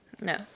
No